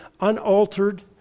unaltered